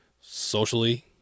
Socially